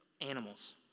animals